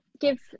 give